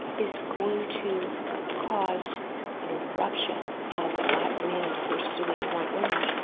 is going to cause an eruption of black men pursuing white women,